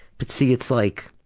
but see it's like,